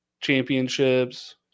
championships